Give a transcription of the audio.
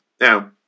Now